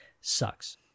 sucks